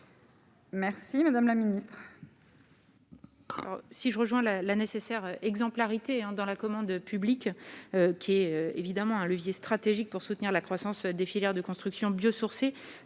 Merci madame la ministre.